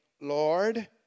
Lord